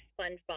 SpongeBob